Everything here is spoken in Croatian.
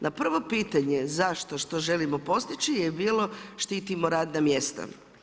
Na prvo pitanje, zašto, što želimo postići, je bilo štitimo radna mjesta.